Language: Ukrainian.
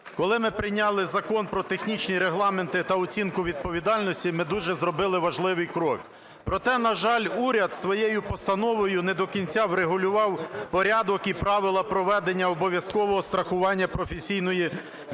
Коли ми прийняли Закон "Про технічні регламенти та оцінку відповідальності", ми дуже зробили важливий крок. Проте, на жаль, уряд своєю постановою не до кінця врегулював порядок і правила проведення обов'язкового страхування професійної відповідальності